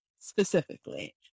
specifically